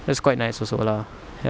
that's quite nice also lah ya